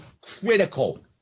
critical